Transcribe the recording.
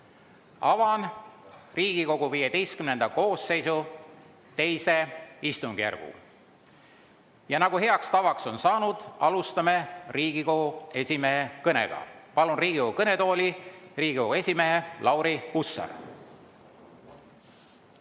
Avan Riigikogu XV koosseisu II istungjärgu. Ja nagu heaks tavaks on saanud, alustame Riigikogu esimehe kõnega. Palun Riigikogu kõnetooli Riigikogu esimehe Lauri Hussari.